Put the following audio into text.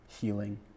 healing